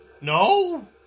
No